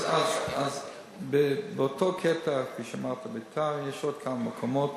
אז באותו קטע, כפי שאמרת ביתר, ויש עוד כמה מקומות